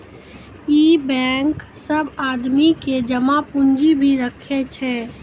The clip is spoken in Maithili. इ बेंक सब आदमी के जमा पुन्जी भी राखै छै